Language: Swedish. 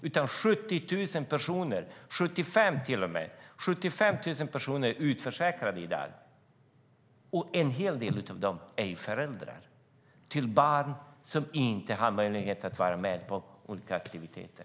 Det är 75 000 personer som är utförsäkrade i dag, och en hel del av dem är föräldrar till barn som inte har möjlighet att vara med på olika aktiviteter.